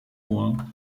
rouen